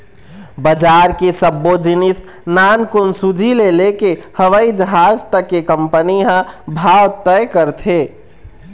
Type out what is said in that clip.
बजार के सब्बो जिनिस नानकुन सूजी ले लेके हवई जहाज तक के कंपनी ह भाव तय करथे